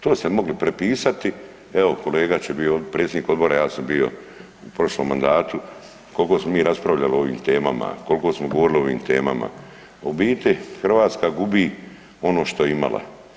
To ste mogli prepisati, evo kolega će …/nerazumljivo/… predsjednik odbora, ja sam bio u prošlom mandatu, koliko smo mi raspravljali o ovim temama, koliko smo govorili o ovim temama, a u biti Hrvatska gubi ono što je imala.